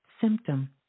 symptom